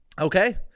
Okay